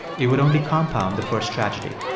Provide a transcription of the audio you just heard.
it would only compound the first tragedy.